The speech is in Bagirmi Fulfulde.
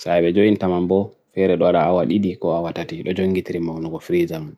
Sa ewe join tamambo, feere doara awa lidi ko awa tati, rojoin gitrimo nubo frija man.